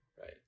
right